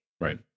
Right